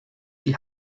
die